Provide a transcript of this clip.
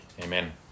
Amen